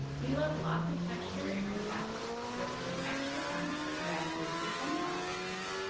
we love lots of texture in our salads, so for some extra crunch, we add toasted sunflower seeds.